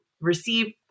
receive